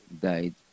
died